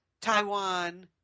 Taiwan